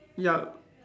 yup